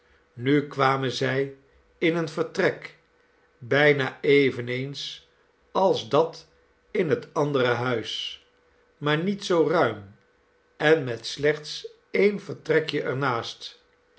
nu kwamen zij in een vertrek bijna eveneens als dat in het andere huis maar niet zoo ruim en met slechts een vertrekje er naast